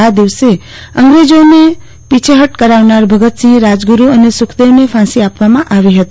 આ દિવસે અંગ્રેજો ને પીછે હત કરાવનાર ભગતસિંહ રાજગુરુ અને સુખદેવને ફાંસી આપવામાં આવી હતી